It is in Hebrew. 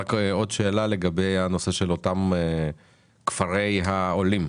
רק עוד שאלה, לגבי הנושא של אותם "כפרי העולים"